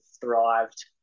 thrived